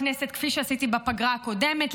כפי שעשיתי בפגרה הקודמת,